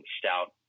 stout